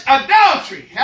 adultery